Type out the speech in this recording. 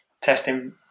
testing